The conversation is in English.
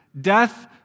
death